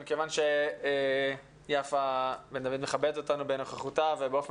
מכיוון שיפה בן דוד מכבדת אותנו בנוכחותה ובאופן